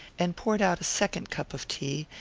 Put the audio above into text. and poured out a second cup of tea,